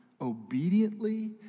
obediently